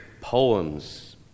poems